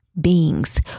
beings